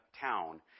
town